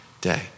day